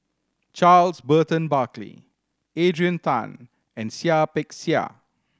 Charles Burton Buckley Adrian Tan and Seah Peck Seah